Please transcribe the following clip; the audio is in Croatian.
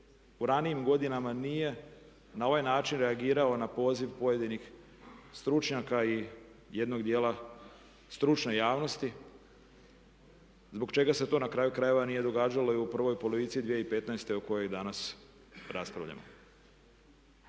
u ranijim godinama nije na ovaj način reagirao na poziv pojedinih stručnjaka i jednog dijela stručne javnosti zbog čega se to na kraju krajeva nije događalo i u prvoj polovici 2015. o kojoj i danas raspravljamo.